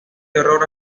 terror